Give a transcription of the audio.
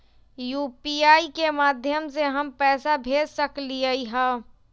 UPI के माध्यम से हम पैसा भेज सकलियै ह?